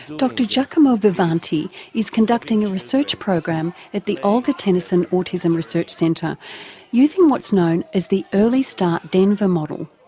dr giacomo vivanti is conducting a research program at the olga tennison autism research centre using what's known as the early start denver model.